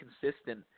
consistent